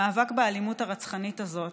למאבק באלימות הרצחנית הזאת,